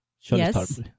yes